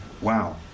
Wow